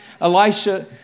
Elisha